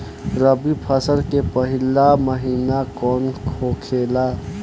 रबी फसल के पहिला महिना कौन होखे ला?